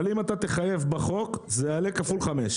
אבל אם אתה תחייב בחוק זה יעלה כפול חמש.